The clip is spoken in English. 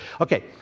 Okay